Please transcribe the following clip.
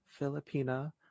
filipina